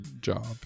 job